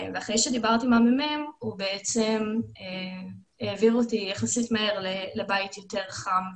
אחרי שדיברתי עם המ"מ הוא העביר אותי יחסית מהר לבית יותר חם ותומך.